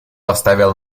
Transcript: оставил